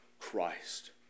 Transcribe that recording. christ